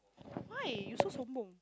why you so